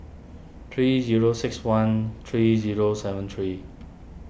three zero six one three zero seven three